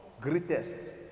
Greatest